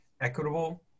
Equitable